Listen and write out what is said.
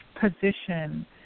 position